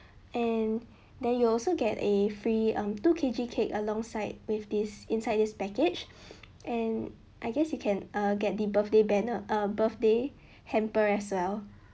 and then you also get a free um two K_G cake alongside with this inside this package and I guess you can err get the birthday banner err birthday hamper as well